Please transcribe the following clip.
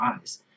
eyes